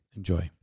Enjoy